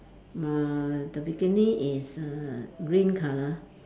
uh the bikini is err green colour